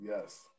Yes